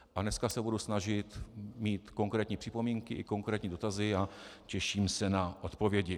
A dneska se budu snažit mít konkrétní připomínky i konkrétní dotazy a těším se na odpovědi.